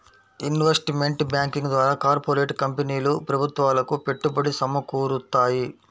investment banking ద్వారా corporate కంపెనీలు ప్రభుత్వాలకు పెట్టుబడి సమకూరుత్తాయి